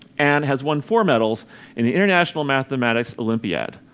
and has won four medals in the international mathematical olympiad.